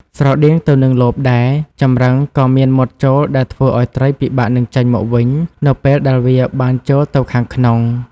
ស្រដៀងទៅនឹងលបដែរ ចម្រឹងក៏មានមាត់ចូលដែលធ្វើឲ្យត្រីពិបាកនឹងចេញមកវិញនៅពេលដែលវាបានចូលទៅខាងក្នុង។